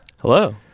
Hello